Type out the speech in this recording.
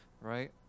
right